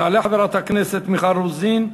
תעלה חברת הכנסת מיכל רוזין,